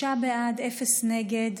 שישה בעד, אפס נגד.